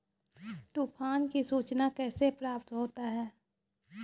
तुफान की सुचना कैसे प्राप्त होता हैं?